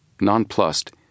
nonplussed